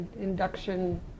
induction